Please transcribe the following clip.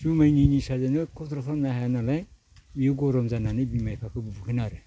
जुमायनि निसाजोंनो कन्ट्रल खालामनो हाया नालाय इदिनो गरम जानानै बिमा बिफाखौ बुगोन आरो